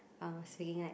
I was speaking like